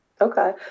Okay